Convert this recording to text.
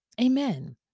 Amen